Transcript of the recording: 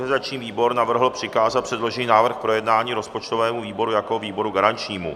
Organizační výbor navrhl přikázat předložený návrh k projednání rozpočtovému výboru jako výboru garančnímu.